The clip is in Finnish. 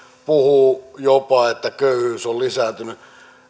puhuu jopa että köyhyys on lisääntynyt